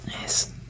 Yes